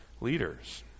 leaders